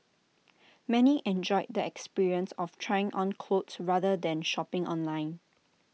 many enjoyed the experience of trying on clothes rather than shopping online